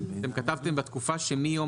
אתם כתבתם בתקופה של מיום